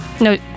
No